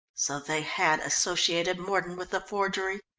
so they had associated mordon with the forgery!